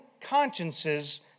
consciences